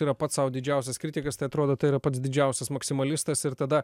yra pats sau didžiausias kritikas teatrodo tai yra pats didžiausias maksimalistas ir tada